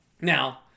Now